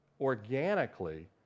organically